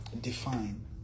define